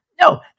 No